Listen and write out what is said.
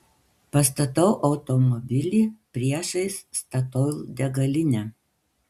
pastatau automobilį priešais statoil degalinę